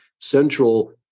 central